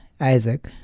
Isaac